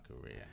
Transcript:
career